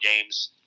games